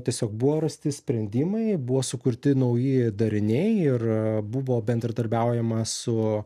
tiesiog buvo rasti sprendimai buvo sukurti nauji dariniai ir buvo bendradarbiaujama su